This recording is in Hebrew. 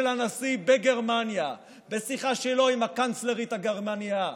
הנשיא בגרמניה בשיחה שלו עם קנצלרית גרמניה.